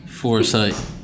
Foresight